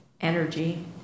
energy